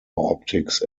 optics